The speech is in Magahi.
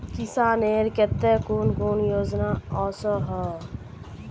किसानेर केते कुन कुन योजना ओसोहो?